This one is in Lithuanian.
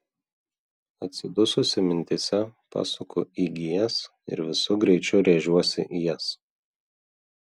atsidususi mintyse pasuku į gijas ir visu greičiu rėžiuosi į jas